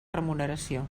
remuneració